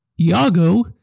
Iago